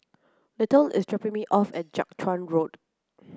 little is dropping me off at Jiak Chuan Road